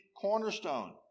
cornerstone